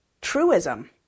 truism